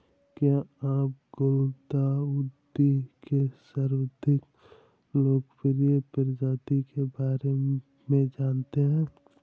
क्या आप गुलदाउदी के सर्वाधिक लोकप्रिय प्रजाति के बारे में जानते हैं?